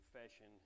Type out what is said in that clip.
confession